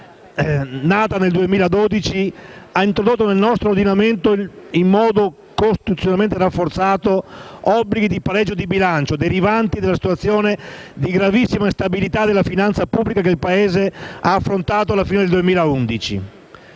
243 del 2012 ha introdotto nel nostro ordinamento, in modo costituzionalmente rafforzato, obblighi di pareggio di bilancio derivanti dalla situazione di gravissima instabilità della finanza pubblica che il Paese ha affrontato dalla fine del 2011.